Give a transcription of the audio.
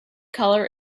colour